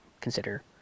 consider